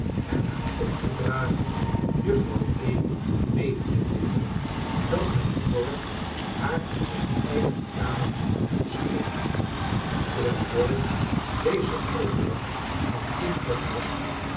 en haar op te dragen juffrouw amy mede te deelen dat mijnheer dorrit haar in zijn eigen kamer verlangde te spreken terwijl dorrit deze opdracht aan tinkler gaf